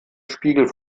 spiegel